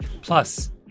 Plus